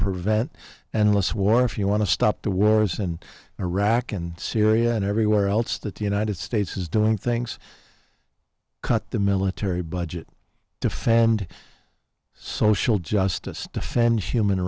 prevent and less war if you want to stop the wars in iraq and syria and everywhere else that the united states is doing things cut the military budget defend social justice defend human